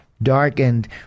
Darkened